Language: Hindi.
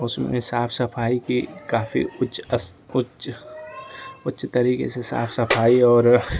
उसमें साफ़ सफ़ाई कि काफ़ी उच्च तरीके से साफ सफाई और